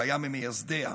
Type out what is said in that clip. שהיה ממייסדיה.